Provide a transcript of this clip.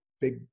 big